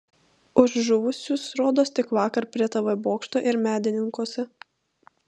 už žuvusius rodos tik vakar prie tv bokšto ir medininkuose